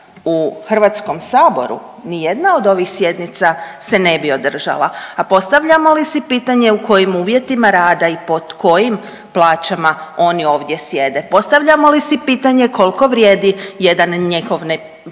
u Hrvatskom saboru ni jedna od ovih sjednica se ne bi održala, a postavljamo li si pitanje u kojim uvjetima rada i pod kojim plaćama oni ovdje sjede? Postavljamo li si pitanje koliko vrijedi jedan njihov